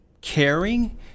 caring